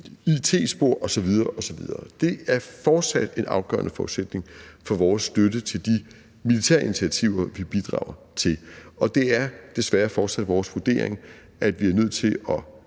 osv. osv. Det er fortsat en afgørende forudsætning for vores støtte til de militære initiativer, vi bidrager til. Og det er desværre fortsat vores vurdering, at vi er nødt til at